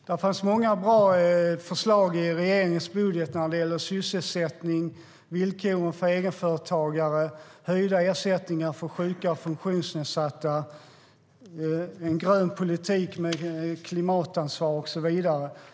Herr talman! Det har funnits förslag i regeringens budget när det gäller sysselsättning, villkoren för egenföretagare, höjda ersättningar för sjuka och funktionsnedsatta, en grön politik med klimatansvar och så vidare.